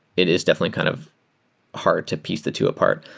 it is definitely kind of hard to piece the two apart.